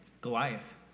Goliath